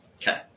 Okay